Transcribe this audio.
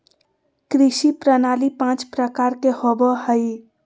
कृषि प्रणाली पाँच प्रकार के होबो हइ